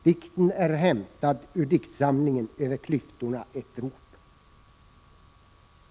Dikten är hämtad ur diktsamlingen Över klyftorna ett rop.